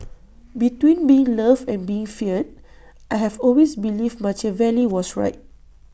between being loved and being feared I have always believed Machiavelli was right